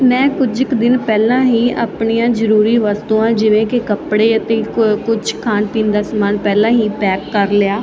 ਮੈਂ ਕੁਝ ਕ ਦਿਨ ਪਹਿਲਾਂ ਹੀ ਆਪਣੀਆਂ ਜਰੂਰੀ ਵਰਤੋਂ ਆ ਜਿਵੇਂ ਕਿ ਕੱਪੜੇ ਅਤੇ ਕੁਝ ਖਾਣ ਪੀਣ ਦਾ ਸਮਾਨ ਪਹਿਲਾਂ ਹੀ ਪੈਕ ਕਰ ਲਿਆ